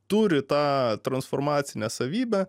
turi tą transformacinę savybę